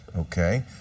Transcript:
Okay